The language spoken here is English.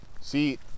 see